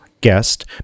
guest